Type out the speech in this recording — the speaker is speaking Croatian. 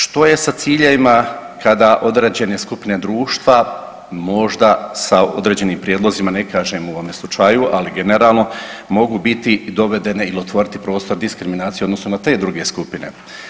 Što je sa ciljevima kada određene skupine društva možda sa određenim prijedlozima, ne kažem u ovome slučaju, ali generalno mogu biti dovedene ili otvoriti prostor diskriminaciji u odnosu na te druge skupine.